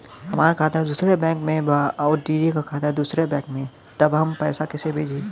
हमार खाता दूसरे बैंक में बा अउर दीदी का खाता दूसरे बैंक में बा तब हम कैसे पैसा भेजी?